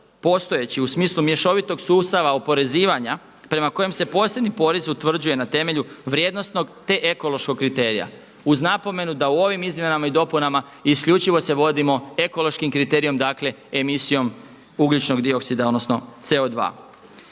postojeći u smislu mješovitog sustava oporezivanja prema kojem se posebni porez utvrđuje na temelju vrijednosnog te ekološkog kriterija uz napomenu da u ovim izmjenama i dopunama isključivo se vodimo ekološkim kriterijem dakle emisijom ugljičnog dioksida, odnosno CO2.